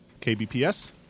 KBPS